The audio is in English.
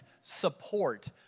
support